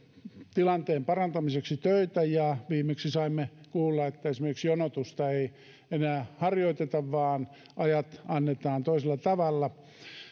tilanteen parantamiseksi töitä ja viimeksi saimme kuulla esimerkiksi että jonotusta ei enää harjoiteta vaan ajat annetaan toisella tavalla